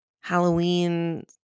Halloween